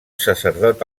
sacerdot